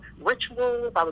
rituals